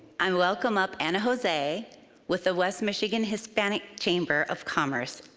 i welcome up ana jose with the west michigan hispanic chamber of commerce,